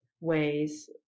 ways